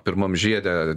pirmam žiede